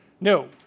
No